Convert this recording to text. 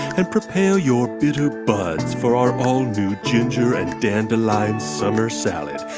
and prepare your bitter buds for our own ginger and dandelion summer salad,